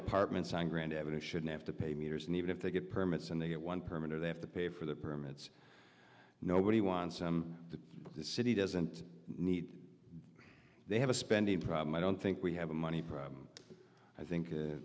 apartments and grand avenue shouldn't have to pay meters and even if they get permits and they get one permit or they have to pay for the permits nobody wants them the city doesn't need they have a spending problem i don't think we have a money problem i think